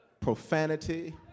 profanity